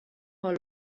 how